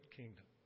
kingdom